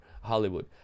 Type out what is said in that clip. Hollywood